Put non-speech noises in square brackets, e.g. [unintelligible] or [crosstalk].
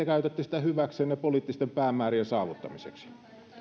[unintelligible] käytätte sitä hyväksenne poliittisten päämäärien saavuttamiseksi